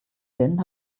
bin